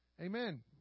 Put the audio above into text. amen